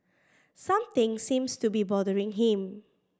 something seems to be bothering him